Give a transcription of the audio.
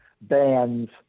bands